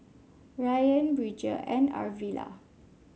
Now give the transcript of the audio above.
Rayan Bridger and Arvilla